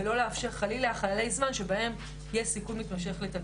ולא לאפשר חלילה חללי זמן שבהם יש יסכון מתמשך לתלמידים.